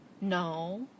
no